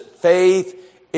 faith